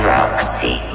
Roxy